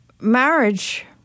marriage